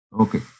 okay